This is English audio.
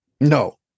No